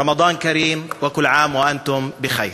רמדאן כרים וכול עאם ואנתום בח'יר.